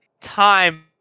time